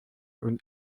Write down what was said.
und